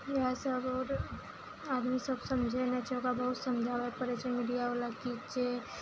इएह सब आओर आदमी सब समझै नहि छै ओकरा बहुत समझाबै पड़ै छै मीडिया वाला की जे